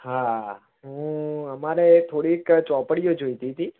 હા હું અમારે થોડીક ચોપડીઓ જોઈતી હતી